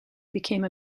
became